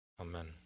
Amen